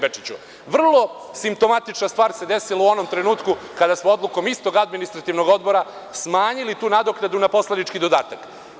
Vrlo simptomatična stvar se desila u onom trenutku kada smo odlukom istog Administrativnog odbora smanjili tu nadoknadu na poslanički dodatak.